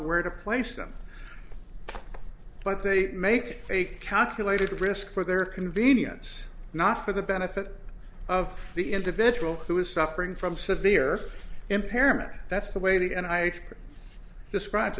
where to place them but they make a calculated risk for their convenience not for the benefit of the individual who is suffering from severe impairment that's the way he and i